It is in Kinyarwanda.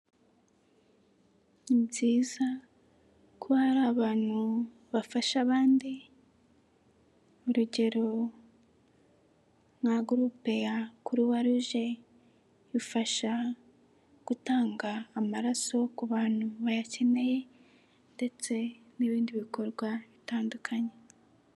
Ni byiza ko hari abantu bafasha abandi urugero nka gurupe ya Croix rouge, ifasha gutanga amaraso ku bantu bayakeneye, ndetse n'ibindi bikorwa bitandukanye.